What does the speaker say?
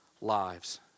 lives